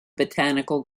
botanical